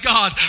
God